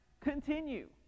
continue